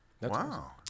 Wow